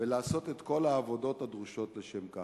ולעשות את כל העבודות הדרושות לשם כך,